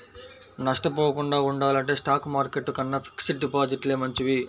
నష్టపోకుండా ఉండాలంటే stock market కన్నా ఫిక్స్డ్ డిపాజిట్లే మంచివి